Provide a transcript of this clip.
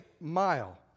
mile